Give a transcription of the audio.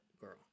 girl